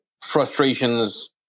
frustrations